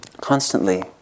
constantly